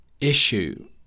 issue